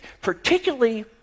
particularly